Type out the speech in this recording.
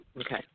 Okay